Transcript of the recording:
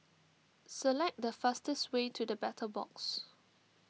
select the fastest way to the Battle Box